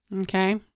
Okay